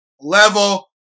level